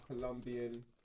Colombian